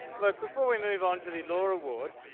look, before we move on to the loar award,